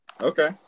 Okay